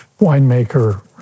winemaker